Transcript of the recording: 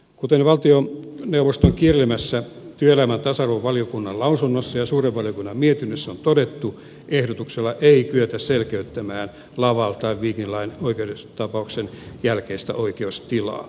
kuten valtioneuvoston kirjelmässä työelämä ja tasa arvovaliokunnan lausunnossa ja suuren valiokunnan mietinnössä on todettu ehdotuksella ei kyetä selkeyttämään laval tai viking line oikeustapauksen jälkeistä oikeustilaa